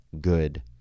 good